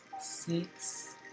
six